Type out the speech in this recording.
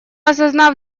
осознав